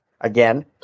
again